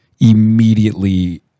immediately